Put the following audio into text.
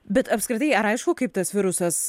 bet apskritai ar aišku kaip tas virusas